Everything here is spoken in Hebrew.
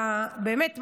באמת,